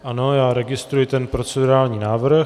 Ano, já registruji ten procedurální návrh.